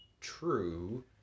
true